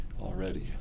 already